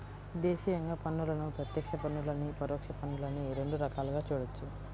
దేశీయంగా పన్నులను ప్రత్యక్ష పన్నులనీ, పరోక్ష పన్నులనీ రెండు రకాలుగా చూడొచ్చు